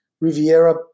Riviera